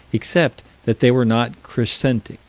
except that they were not crescentic